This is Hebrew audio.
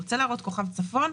אתה רוצה להראות כוכב צפון,